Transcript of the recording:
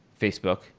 Facebook